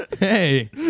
Hey